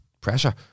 pressure